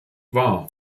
wahr